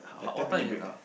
like ten minute break eh